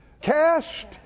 Cast